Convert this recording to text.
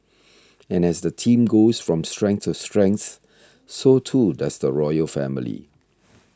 and as the team goes from strength to strength so too does the royal family